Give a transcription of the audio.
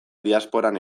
diasporan